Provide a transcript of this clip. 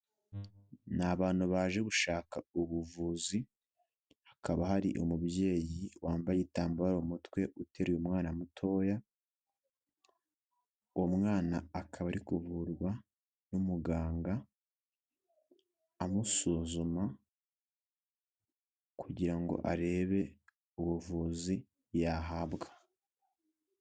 Ni abantu baje gushaka ubuvuzi, hakaba hari umubyeyi wambaye igitambaro mu mutwe, uteruye umwana mutoya, uwo mwana akaba ari kuvurwa n'umuganga, amusuzuma kugira ngo arebe ubuvuzi yahabwa.